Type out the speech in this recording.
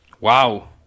Wow